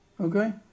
Okay